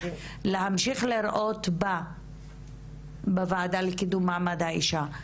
להמשיך לראות בה בוועדה לקידום מעמד האישה,